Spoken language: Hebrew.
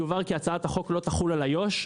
יובהר כי הצעת החוק לא תחול על איו"ש.